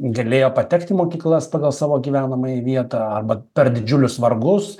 galėjo patekti į mokyklas pagal savo gyvenamąją vietą arba per didžiulius vargus